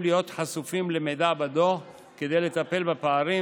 להיות חשופים למידע בדוח כדי לטפל בפערים,